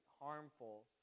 harmful